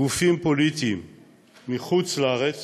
גופים פוליטיים מחוץ-לארץ